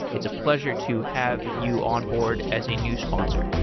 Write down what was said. it's a pleasure to have you onboard as a new sponsor